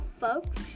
folks